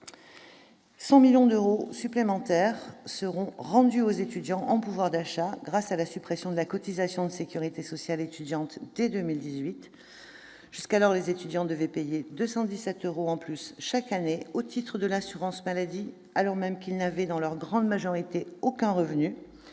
100 millions d'euros supplémentaires seront rendus aux étudiants en pouvoir d'achat grâce à la suppression de la cotisation de sécurité sociale étudiante dès 2018. Jusqu'alors, les étudiants devaient payer 217 euros en plus chaque année au titre de l'assurance maladie, alors même qu'ils n'avaient, dans leur grande majorité, aucun revenu.